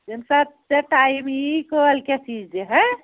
یییٚمہِ ساتہٕ ژےٚ ٹایم یِیی کالۍکٮ۪تھ یِیٖزِ